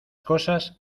cosas